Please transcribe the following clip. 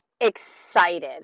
excited